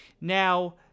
Now